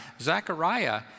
Zechariah